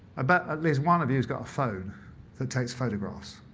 i bet at least one of you has got a phone that takes photographs.